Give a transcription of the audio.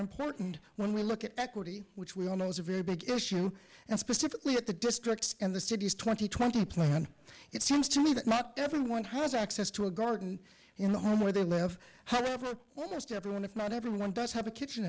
important when we look at equity which we all know is a very big issue and specifically at the district and the city's twenty twenty plan it seems to me that not everyone has access to a garden you know where they live how everyone if not everyone does have a kitchen